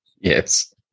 Yes